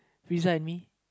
Friza and me